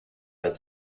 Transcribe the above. red